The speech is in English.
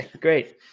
Great